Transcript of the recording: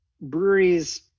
breweries